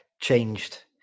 changed